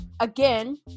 Again